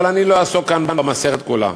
אבל אני לא אעסוק כאן במסכת כולה.